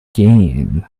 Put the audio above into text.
gain